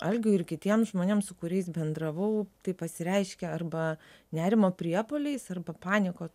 algiui ir kitiems žmonėms su kuriais bendravau tai pasireiškia arba nerimo priepuoliais arba panikos